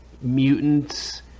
mutants